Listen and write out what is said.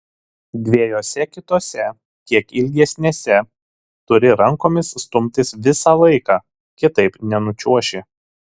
dviejose kitose kiek ilgesnėse turi rankomis stumtis visą laiką kitaip nenučiuoši